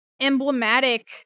emblematic